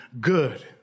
good